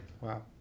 wow